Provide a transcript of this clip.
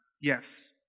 Yes